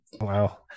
wow